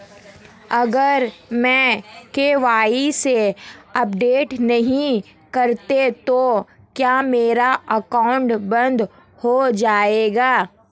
अगर मैं KYC update नहीं करता तो क्या मेरा अकाउंट बंद हो जाएगा?